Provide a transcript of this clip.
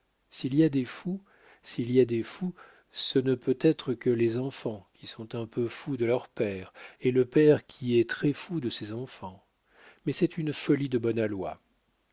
s'il y a des fous s'il y a des fous ce ne peut être que les enfants qui sont un peu fous de leur père et le père qui est très fou de ses enfants mais c'est une folie de bon aloi